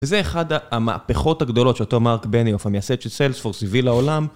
וזה אחד המהפכות הגדולות של אותו מרק בניוף, המייסד של סיילספורס הביא לעולם.